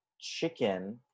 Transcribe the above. chicken